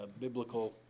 biblical